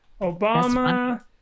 Obama